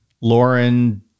Lauren